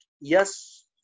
yes